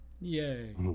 Yay